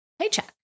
paycheck